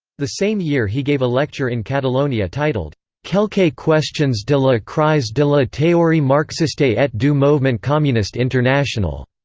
the same year he gave a lecture in catalonia titled quelques questions de la crise de la ah theorie marxiste et du mouvement communiste international